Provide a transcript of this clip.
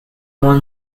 want